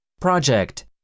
Project